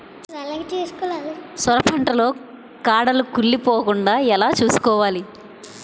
సొర పంట లో కాడలు కుళ్ళి పోకుండా ఎలా చూసుకోవాలి?